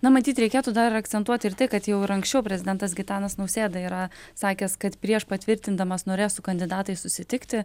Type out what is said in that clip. na matyt reikėtų dar akcentuoti ir tai kad jau ir anksčiau prezidentas gitanas nausėda yra sakęs kad prieš patvirtindamas norės su kandidatais susitikti